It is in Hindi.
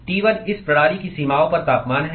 T1 इस प्रणाली की सीमाओं पर तापमान है